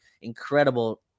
Incredible